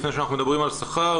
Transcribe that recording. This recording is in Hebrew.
לפני שאנחנו מדברים על שכר.